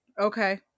okay